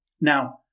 Now